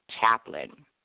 chaplain